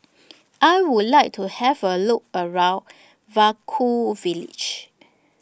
I Would like to Have A Look around Vaiaku Village